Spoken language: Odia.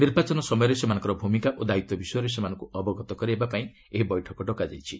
ନିର୍ବାଚନ ସମୟରେ ସେମାନଙ୍କ ଭୂମିକା ଓ ଦାୟିତ୍ୱ ବିଷୟରେ ସେମାନଙ୍କୁ ଅବଗତ କରାଇବା ପାଇଁ ଏହି ବୈଠକ ଡକାଯାଇଥିଲା